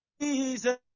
Jesus